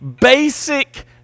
Basic